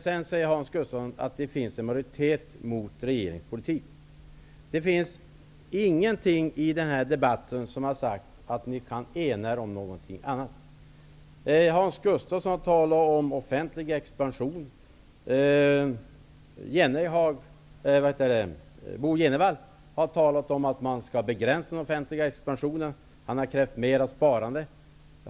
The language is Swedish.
Hans Gustafsson säger sedan att det finns en majoritet mot regeringens politik. Ingenting har sagts i den här debatten som tyder på att ni kan ena er om någonting annat. Hans Gustafsson talar om offentlig expansion. Bo G Jenevall talar om att man skall begränsa den offentliga expansionen och kräver mera sparande.